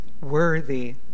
worthy